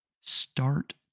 start